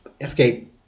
escape